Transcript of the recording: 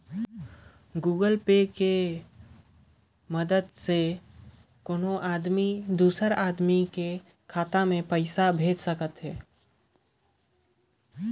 Google Pay के माधियम ले ही कोनो मइनसे हर दूसर मइनसे के खाता में पइसा भेज सकत हें